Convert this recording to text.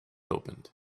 opened